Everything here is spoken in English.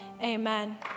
amen